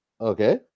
Okay